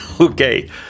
Okay